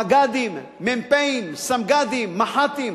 מג"דים, מ"פים, סמג"דים, מח"טים,